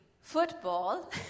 football